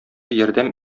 ярдәм